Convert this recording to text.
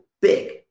big